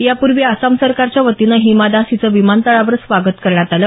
यापूर्वी आसाम सरकारच्या वतीनं हिमा दास हिचं विमानतळावर स्वागत करण्यात आलं